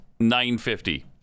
950